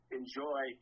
enjoy